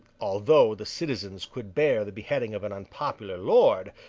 although the citizens could bear the beheading of an unpopular lord,